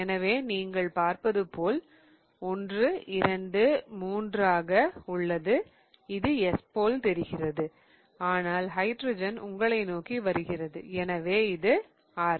எனவே நீங்கள் பார்ப்பது போல் 1 2 3 ஆக உள்ளது இது S போல் தெரிகிறது ஆனால் ஹைட்ரஜன் உங்களை நோக்கி வருகிறது எனவே இது R